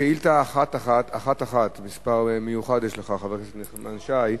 שאילתא מס' 1111, של חבר הכנסת נחמן שי,